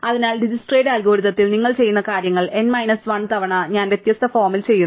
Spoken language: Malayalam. അതിനാൽ ദിജിക്സ്ട്രാസ് അൽഗോരിതത്തിൽ നിങ്ങൾ ചെയ്യുന്ന കാര്യങ്ങൾ n മൈനസ് 1 തവണ ഞാൻ വ്യത്യസ്ത ഫോർമാറ്റിൽ ചെയ്യുന്നു